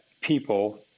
people